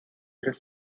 his